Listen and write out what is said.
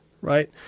right